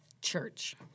Church